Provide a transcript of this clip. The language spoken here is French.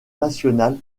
nationale